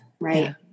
right